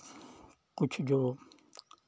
कुछ जो